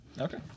Okay